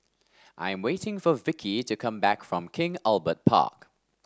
I am waiting for Vikki to come back from King Albert Park